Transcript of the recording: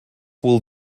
will